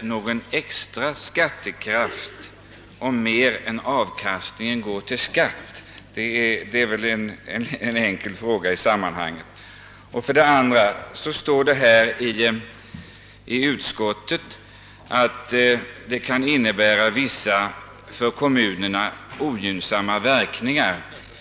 mågon extra skattekraft om mer än avkastningen går till skatt? Det är väl en enkel fråga i sammanhanget. Vidare står det i utskottsbetänkandet, att systemet kan innebära vissa för kommunerna ogynnsamma verkningar.